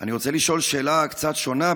אני רוצה לשאול שאלה קצת שונה,